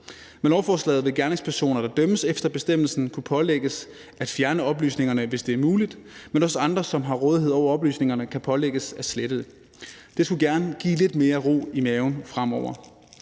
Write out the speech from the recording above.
Med lovforslaget vil gerningspersoner, der dømmes efter bestemmelsen, kunne pålægges at fjerne oplysningerne, hvis det er muligt, men også andre, som har rådighed over oplysningerne, kan pålægges at slette dem. Det skulle gerne give lidt mere ro i maven fremover.